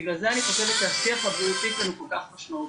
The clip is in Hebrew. בגלל זה אני חושבת שהשיח הבריאותי הוא כל כך משמעותי.